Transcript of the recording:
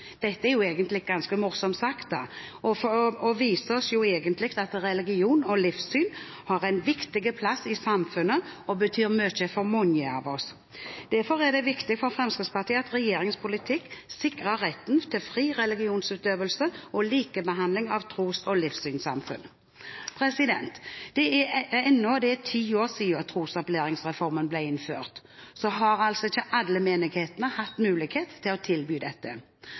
Dette er ganske morsomt sagt og viser oss jo egentlig at religion og livssyn har en viktig plass i samfunnet og betyr mye for mange av oss. Derfor er det viktig for Fremskrittspartiet at regjeringens politikk sikrer retten til fri religionsutøvelse og likebehandling av tros- og livssynssamfunn. Enda det er ti år siden trosopplæringsreformen ble innført, så har ikke alle menigheter hatt mulighet til å tilby dette.